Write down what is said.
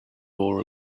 more